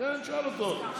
תשאל אותו.